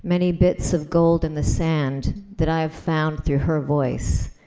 many bits of gold in the sand that i have found through her voice.